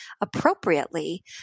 appropriately